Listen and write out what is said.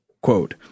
Quote